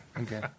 Okay